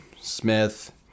smith